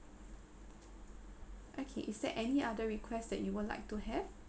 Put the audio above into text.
okay is there any other request that you would like to have